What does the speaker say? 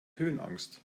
höhenangst